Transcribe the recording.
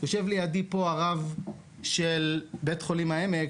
יושב לידי פה הרב של בית חולים העמק,